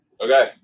Okay